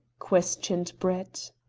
questioned brett.